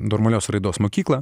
normalios raidos mokyklą